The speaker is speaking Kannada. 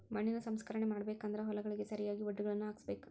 ಮಣ್ಣಿನ ಸಂರಕ್ಷಣೆ ಮಾಡಬೇಕು ಅಂದ್ರ ಹೊಲಗಳಿಗೆ ಸರಿಯಾಗಿ ವಡ್ಡುಗಳನ್ನಾ ಹಾಕ್ಸಬೇಕ